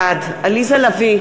בעד עליזה לביא,